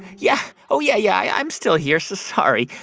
yeah. oh, yeah, yeah. i'm still here. so sorry.